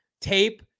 Tape